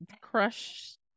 crush